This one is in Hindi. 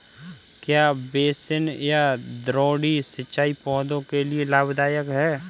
क्या बेसिन या द्रोणी सिंचाई पौधों के लिए लाभदायक है?